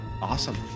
awesome